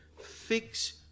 fix